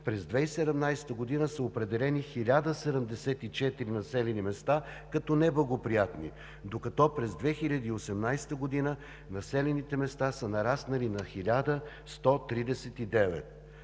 през 2017 г. са определени 1074 населени места като неблагоприятни, докато през 2018 г. населените места са нараснали на 1139.